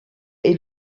est